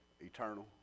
eternal